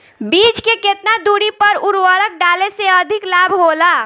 बीज के केतना दूरी पर उर्वरक डाले से अधिक लाभ होला?